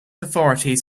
authorities